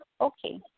Okay